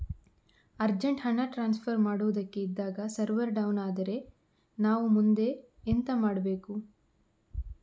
Urgent ಹಣ transfer ಮಾಡೋದಕ್ಕೆ ಇದ್ದಾಗ ಸರ್ವರ್ ಡೌನ್ ಆದರೆ ನಾವು ಮುಂದೆ ಎಂತ ಮಾಡಬೇಕು?